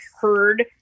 heard